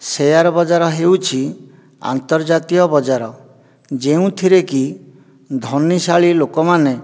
share ବଜାର ହେଉଛି ଅନ୍ତର୍ଜାତୀୟ ବଜାର ଯେଉଁଥିରେ କି ଧନୀଶାଳୀ ଲୋକମାନେ